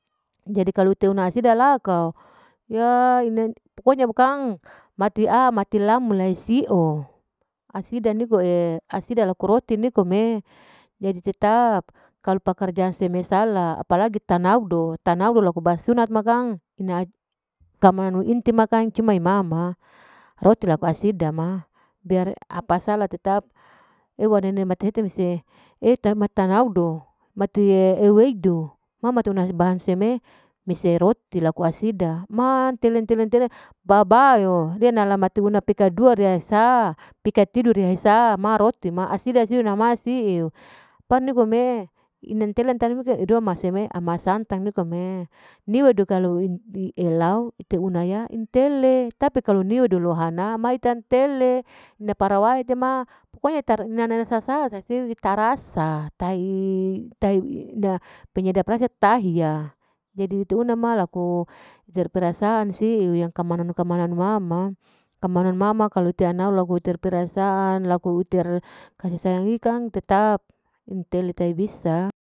Jadi kalau tenu asida la aka ya inanu pokonya kang mati'a mati lamlae musi sio asida niko'e asida laku roti nikome. jadi tetap kalu pekerjaan seme sala apalagi tanau dong, tanau dong laku basunat kang ina kamanuno intim ma kang cuma mama. roti laku asida ma biar apa sala tetap eu ma nenema mate hete mese eta mata naudo mate iweidu. mate una bahan seme mese roti laku asida mantele. tele-tele babau yo. den alamat una pikadu ria hisa pikatidu ria hisa ma roti. ma asida siu ma siu panikome ina ntele ta ama seme ama santang nikome, niwedu kalau ite una ya intele tapi kalau niwedu intele niwedu lohana mai tantele ina parawae tama pokoknya ina para sasa sasiwi tarasa tahi, ina penyedap rasa tahiya, ditiuna ma laku terpersaan sui yang kamana-kamana nu ma ma, kamana nu ma ma kaluau heter anau persaan laku utir kasi sayang ii kang tetap intele tahabisa.